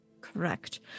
Correct